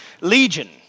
legion